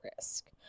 risk